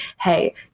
hey